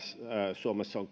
suomessa on